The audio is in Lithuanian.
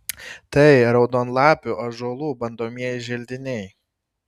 tai raudonlapių ąžuolų bandomieji želdiniai